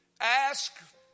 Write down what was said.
Ask